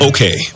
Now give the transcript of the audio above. Okay